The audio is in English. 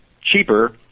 cheaper